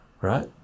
right